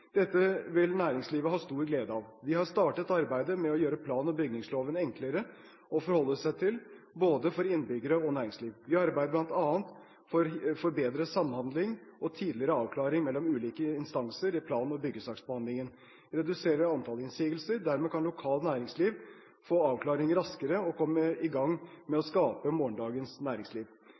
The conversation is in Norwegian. Dette vil næringslivet ha stor glede av. Vi har startet arbeidet med å gjøre plan- og bygningsloven enklere å forholde seg til, både for innbyggere og for næringsliv. Vi arbeider bl.a. for at bedre samhandling og tidlig avklaring mellom ulike instanser i plan- og byggesaksbehandlingen vil redusere antall innsigelser. Dermed kan lokale næringsinteresser få avklaring raskere og komme i gang med å skape morgendagens næringsliv.